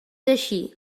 així